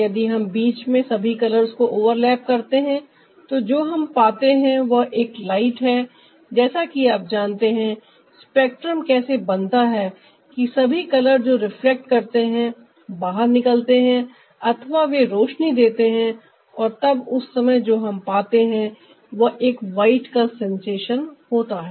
यदि हम बीच में सभी कलर्स को ओवरलैप करते हैं तो जो हम पाते हैं वह एक लाइट है जैसा कि आप जानते हैं स्पेक्ट्रम कैसे बनता है कि सभी कलर जो रिफ्लेक्ट करते हैं बाहर निकलते हैं अथवा वे रोशनी देते हैं और तब उस समय जो हम पाते हैं वह एक व्हाइट का सेंसेशन होता है